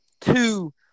two